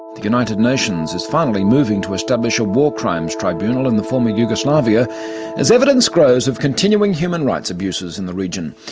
the united nations is finally moving to establish a war crimes tribunal in the former yugoslavia as evidence grows of continuing human rights abuses in the region.